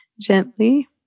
gently